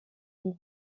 fille